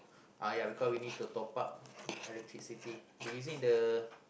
uh ya because we need to top up electricity we using the